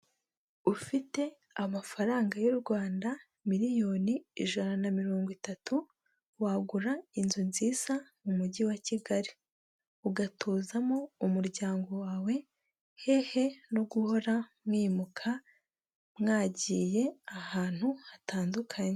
Ufite amafaranga y'u Rwanda miliyoni ijana na mirongo itatu, wagura inzu nziza mu mujyi wa Kigali. Ugatozamo umuryango wawe, hehe no guhora mwimuka, mwagiye ahantu hatandukanye.